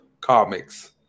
comics